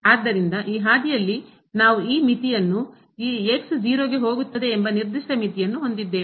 ಆದ್ದರಿಂದ ಈ ಹಾದಿಯಲ್ಲಿ ನಾವು ಈ ಮಿತಿಯನ್ನು ಈ ಗೆ ಹೋಗುತ್ತದೆ ಎಂಬ ನಿರ್ದಿಷ್ಟ ಮಿತಿಯನ್ನು ಹೊಂದಿದ್ದೇವೆ